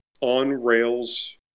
on-rails